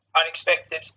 unexpected